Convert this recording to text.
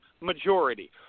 majority